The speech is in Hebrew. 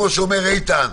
כמו שאומר איתן,